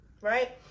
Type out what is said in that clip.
right